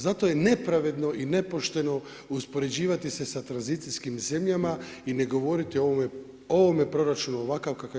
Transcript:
Zato je nepravedno i nepošteno uspoređivati se sa tranzicijskim zemljama i ne govoriti o ovome proračunu ovakav kakav je